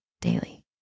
daily